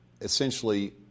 essentially